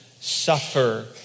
suffer